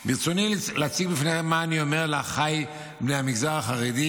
ברצוני להציג לפניכם מה אני אומר לאחיי מהמגזר החרדי,